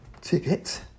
tickets